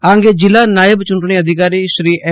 આ અંગે જીલ્લા નાયબ ચૂંટણી અધિકારી શ્રી એમ